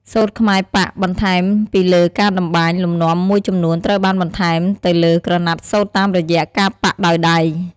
សូត្រខ្មែរប៉ាក់ បន្ថែមពីលើការតម្បាញ លំនាំមួយចំនួនត្រូវបានបន្ថែមទៅលើក្រណាត់សូត្រតាមរយៈ ការប៉ាក់ដោយដៃ។